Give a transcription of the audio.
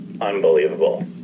unbelievable